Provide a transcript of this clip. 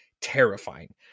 terrifying